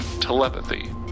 telepathy